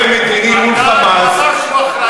מדיני עם "חמאס" הוא אמר שהוא אחראי.